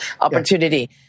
opportunity